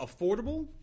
affordable